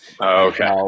Okay